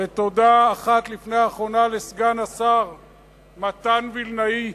ותודה אחת לפני האחרונה לסגן השר מתן וילנאי.